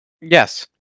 Yes